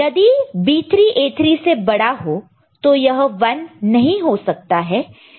यदि B3 A3 से बडा हो तो यह 1 नहीं हो सकता है